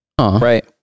Right